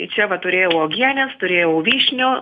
čia va turėjau uogienės turėjau vyšnių